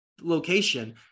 location